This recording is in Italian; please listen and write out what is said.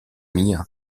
mia